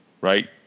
right